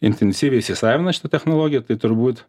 intensyviai įsisavina šitą technologiją tai turbūt